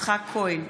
יצחק כהן,